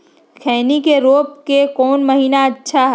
खैनी के रोप के कौन महीना अच्छा है?